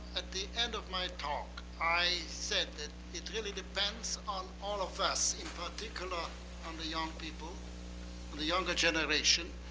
at the end of my talk, i said that it really depends on all of us, in particular on the young people, on the younger generation,